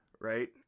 right